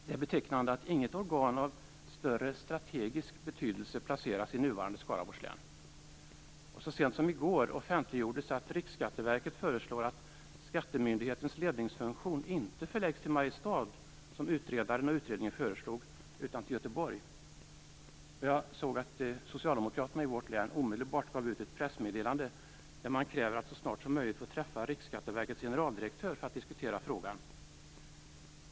Det är betecknande att inget organ av större strategisk betydelse placeras i nuvarande Skaraborgs län. Så sent som i går offentliggjordes att Riksskatteverket föreslår att skattemyndighetens ledningsfunktion inte förläggs till Mariestad, som utredaren och utredningen föreslog, utan till Göteborg. Jag såg att socialdemokraterna i vårt län omedelbart gav ut ett pressmeddelande där de krävde att så snart som möjligt få träffa Riksskatteverkets generaldirektör för att diskutera frågan.